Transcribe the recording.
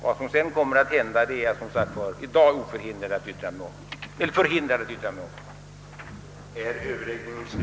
Vad som sedan kommer att hända är jag som sagt för dagen förhindrad att yttra mig om.